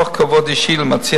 כולל הניסוחים שמאפשרים למזג,